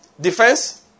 Defense